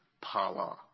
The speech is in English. Pala